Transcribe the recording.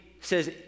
says